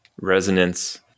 resonance